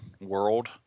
World